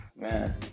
Man